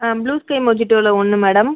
blue sky மொஜிட்டோவில ஒன்று madam